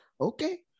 Okay